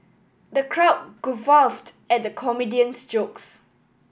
the crowd guffawed at the comedian's jokes